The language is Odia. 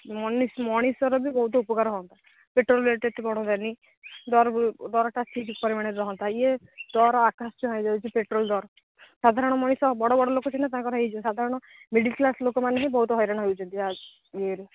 ମଣିଷର ବି ବହୁତ ଉପକାର ହୁଅନ୍ତା ପେଟ୍ରୋଲ ରେଟ୍ ଏତେ ବଢ଼ନ୍ତାନି ଦର ଦରଟା ଠିକ୍ ପରିମାଣରେ ରହନ୍ତା ଇଏ ଦର ଆକାଶଛୁଆଁ ହେଇଯାଉଛି ପେଟ୍ରୋଲ ଦର ସାଧାରଣ ମଣିଷ ବଡ଼ ବଡ଼ ଲୋକ ତାଙ୍କର ହେଇଯିବ ସାଧାରଣ ମିଡ଼ିଲ କ୍ଲାସ୍ ଲୋକମାନେ ବି ବହୁତ ହଇରାଣ ହେଉଛନ୍ତି ଇଏରେ